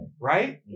right